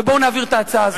ובואו נעביר את ההצעה הזו.